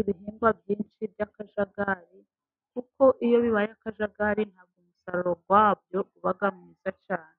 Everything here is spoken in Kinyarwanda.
ibihingwa byinshi by'akajagari, kuko iyo bibaye akajagari ntabwo umusaruro wabyo uba mwiza cyane.